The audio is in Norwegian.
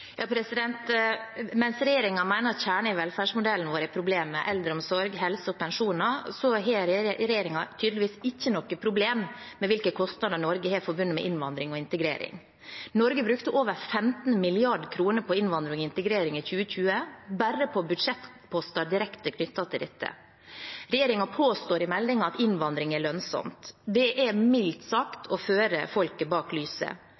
Mens regjeringen mener at kjernen i velferdsmodellen vår, eldreomsorg, helse og pensjoner, er problemet, har regjeringen tydeligvis ikke noe problem med hvilke kostnader Norge har forbundet med innvandring og integrering. Norge brukte over 15 mrd. kr på innvandring og integrering i 2020 – bare på budsjettposter direkte knyttet til dette. Regjeringen påstår i meldingen at innvandring er lønnsomt. Det er mildt